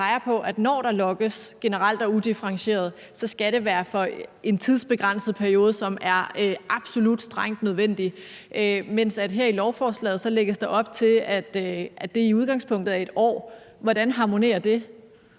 generelt og udifferentieret, skal det være for en tidsbegrænset periode, som er absolut og strengt nødvendig, mens der her i lovforslaget lægges op til, at det i udgangspunktet er 1 år. Hvordan harmonerer det